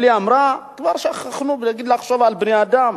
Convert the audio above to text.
שלי אמרה: כבר שכחנו לחשוב על בני-אדם,